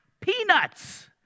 peanuts